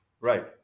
right